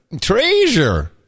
Treasure